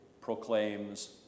proclaims